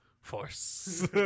Force